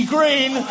Green